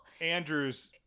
Andrews